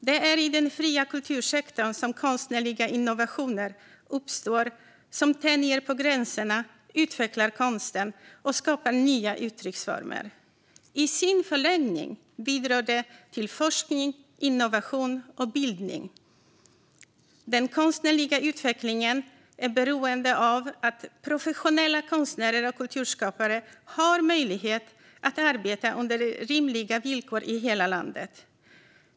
Det är i den fria kultursektorn som det uppstår konstnärliga innovationer som tänjer på gränserna, utvecklar konsten och skapar nya uttrycksformer. I förlängningen bidrar detta till forskning, innovation och bildning. Den konstnärliga utvecklingen är beroende av att professionella konstnärer och kulturskapare har möjlighet att arbeta under rimliga villkor i hela landet.